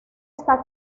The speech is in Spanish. está